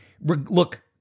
Look